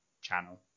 channel